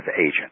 agent